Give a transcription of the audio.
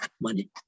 money